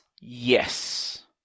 Yes